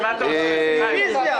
רביזיה.